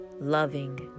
loving